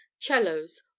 cellos